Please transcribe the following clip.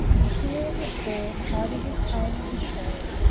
in fear and despair, hiding his pain and his shame,